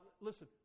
listen